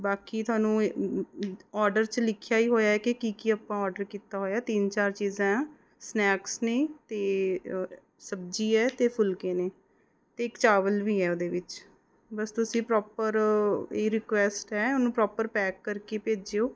ਬਾਕੀ ਤੁਹਾਨੂੰ ਔਡਰ 'ਚ ਲਿਖਿਆ ਹੀ ਹੋਇਆ ਕਿ ਕੀ ਆਪਾਂ ਔਡਰ ਕੀਤਾ ਹੋਇਆ ਤਿੰਨ ਚਾਰ ਚੀਜ਼ਾਂ ਆ ਸਨੈਕਸ ਨੇ ਅਤੇ ਸਬਜ਼ੀ ਹੈ ਅਤੇ ਫੁਲਕੇ ਨੇ ਅਤੇ ਇੱਕ ਚਾਵਲ ਵੀ ਆ ਉਹਦੇ ਵਿੱਚ ਬਸ ਤੁਸੀਂ ਪ੍ਰੋਪਰ ਇਹ ਰਿਕੁੈਸਟ ਹੈ ਉਹਨੂੰ ਪ੍ਰੋਪਰ ਪੈਕ ਕਰਕੇ ਭੇਜਿਉ